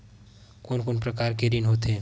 कोन कोन प्रकार के ऋण होथे?